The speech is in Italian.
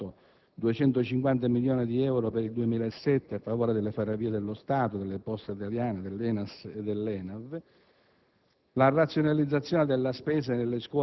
alle imprese pubbliche (articolo 8): 250 milioni di euro per il 2007 a favore delle Ferrovie dello Stato, delle Poste italiane, dell'ENAS e dell'ENAV;